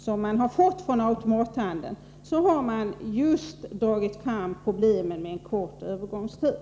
I remissvaren från automahandeln har man framhållit problemen med en kort övergångstid.